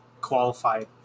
qualified